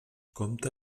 compta